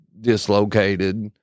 dislocated